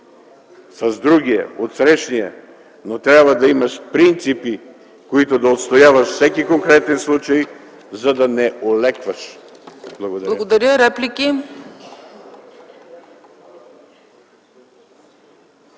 с другия, отсрещния, но трябва да имаш принципи, които да отстояваш във всеки конкретен случай, за да не олекваш. Благодаря.